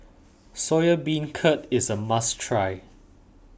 Soya Beancurd is a must try